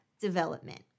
development